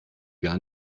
gar